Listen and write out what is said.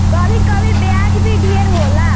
कभी कभी ब्याज भी ढेर होला